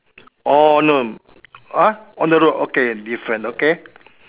oh no !huh! on the road okay different okay